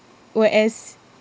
whereas